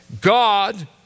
God